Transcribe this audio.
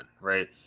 right